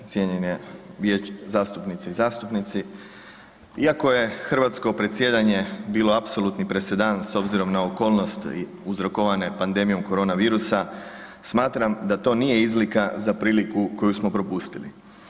Cijenjene zastupnice i zastupnici iako je Hrvatsko predsjedanje bilo apsolutni presedan s obzirom na okolnosti uzrokovane pandemijom korona virusa smatram da to nije izlika za priliku koju smo propustili.